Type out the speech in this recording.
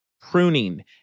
pruning